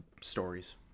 stories